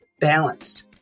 balanced